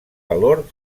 valor